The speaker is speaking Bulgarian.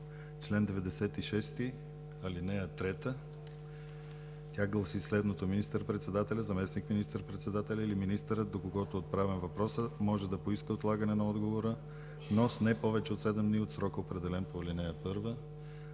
чл. 96, ал. 3. Тя гласи следното: „Министър-председателят, заместник министър-председателят или министърът, до когото е отправен въпросът, може да поиска отлагане на отговора, но с не повече от седем дни от срока, определен по ал. 1“.